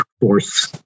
force